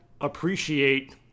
appreciate